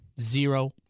Zero